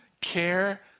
care